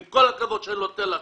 עם כל הכבוד שאני נותן לכם.